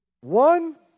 One